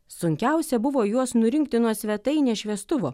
sunkiausia buvo juos nurinkti nuo svetainės šviestuvo